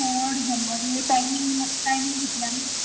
third January timing timing कितल्यान